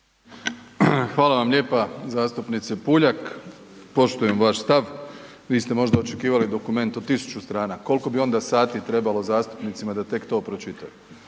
Hvala vam lijepa zastupnice Puljak. Poštujem vaš stav. Vi ste možda očekivali dokument od 1000 strana. Koliko bi onda sati trebalo zastupnicima da tek to pročitaju.